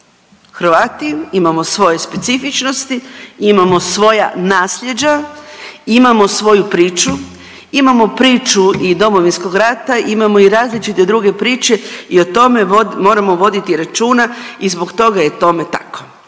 Hrvati, imamo svoje specifičnosti, imamo svoja naslijeđa, imamo svoju priču, imamo priču i Domovinskog rata, imamo i različite druge priče i o tome moramo voditi računa i zbog toga je tome tako.